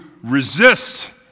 resist